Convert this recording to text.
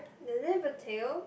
does it have a tail